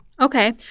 okay